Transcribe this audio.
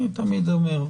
אני תמיד אומר,